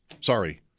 sorry